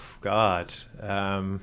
God